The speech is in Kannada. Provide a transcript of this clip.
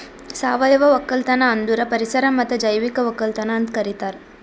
ಸಾವಯವ ಒಕ್ಕಲತನ ಅಂದುರ್ ಪರಿಸರ ಮತ್ತ್ ಜೈವಿಕ ಒಕ್ಕಲತನ ಅಂತ್ ಕರಿತಾರ್